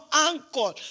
uncle